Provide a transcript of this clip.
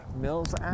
Mills